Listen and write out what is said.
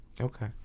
Okay